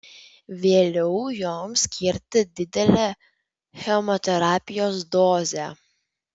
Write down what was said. vėliau joms skirti didelę chemoterapijos dozę